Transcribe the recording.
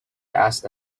asked